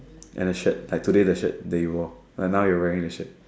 and a shirt like today the shirt that you wore like now you're wearing the shirt